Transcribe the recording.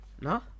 no